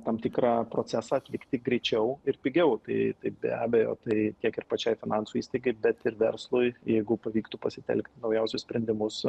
tam tikrą procesą atlikti greičiau ir pigiau tai tai be abejo tai kiek ir pačiai finansų įstaigai bet ir verslui jeigu pavyktų pasitelkti naujausius sprendimus